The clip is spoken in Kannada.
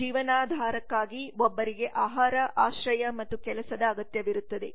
ಜೀವನಾಧಾರಕ್ಕಾಗಿ ಒಬ್ಬರಿಗೆ ಆಹಾರ ಆಶ್ರಯ ಮತ್ತು ಕೆಲಸದ ಅಗತ್ಯವಿರುತ್ತದೆ